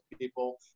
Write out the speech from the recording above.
people